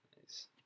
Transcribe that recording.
nice